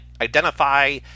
identify